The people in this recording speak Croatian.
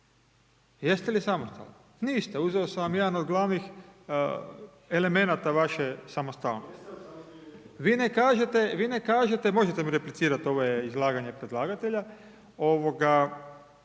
Jeste li samostalni, niste, uzeo sam vam jedan od glavnih elemenata vaše samostalnosti. Vi ne kažete, vi ne kažete, možete mi replicirati ovo je izlaganje predlagatelja, ovoga,